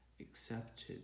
accepted